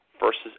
versus